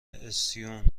استیون